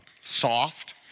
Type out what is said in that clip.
soft